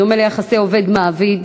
בדומה ליחסי עובד ומעביד,